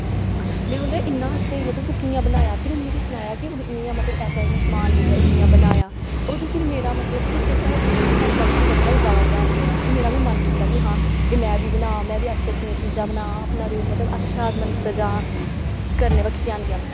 में बोलेआ इ'न्ना स्हेई मतलब तूं कि'यां बनाया फिर उ'नें मिगी सनाया कि उ'न्ने इ'यां इ'यां मतलब ऐसा इ'यां समान लेइयै इ'यां इ'यां बनाया अदूं फिर मेरा मतलब कि एह् सारा कुछ हैंड क्राफ्टिंग करने बल्ल जादा ध्यान गेआ फिर मेरा बी मन कीता कि हां एह् में बी बनांऽ में बी अच्छियां अच्छियां चीजां बनांऽ अपना रूम मतलब अच्छा सजांऽ करने बक्खी ध्यान गेआ